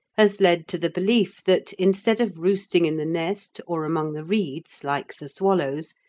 has led to the belief that, instead of roosting in the nest or among the reeds like the swallows,